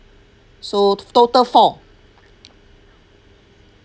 so total four